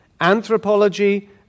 anthropology